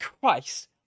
Christ